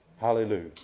hallelujah